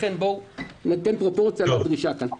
לכן בואו ניתן פרופורציה לדרישה כאן.